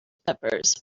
peppers